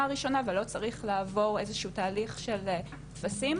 הראשונה ולא צריך לעבור איזשהו תהליך של טפסים,